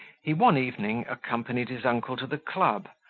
he one evening accompanied his uncle to the club,